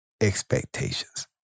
expectations